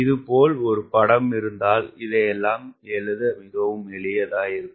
இதுபோல் ஒரு படம் இருந்தால் இதனையெல்லாம் எழுத மிகவும் எளிதாய் இருக்கும்